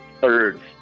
thirds